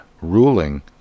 ruling